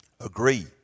agree